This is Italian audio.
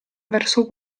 verso